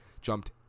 jumped